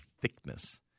thickness